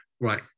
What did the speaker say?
right